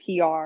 pr